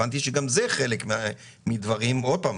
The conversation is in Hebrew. גם את הדבר הזה צריך לקחת בחשבון בנוסף לדברים שעלו קודם,